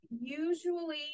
usually